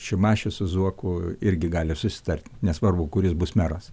šimašius su zuoku irgi gali susitarti nesvarbu kuris bus meras